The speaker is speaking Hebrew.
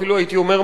אפילו הייתי אומר,